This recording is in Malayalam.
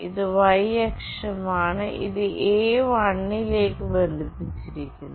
ഇത് y അക്ഷമാണ് ഇത് A1 ലേക്ക് ബന്ധിപ്പിച്ചിരിക്കുന്നു